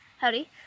howdy